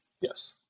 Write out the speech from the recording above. Yes